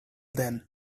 then